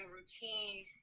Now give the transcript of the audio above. routine